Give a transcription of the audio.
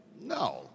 No